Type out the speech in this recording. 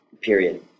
period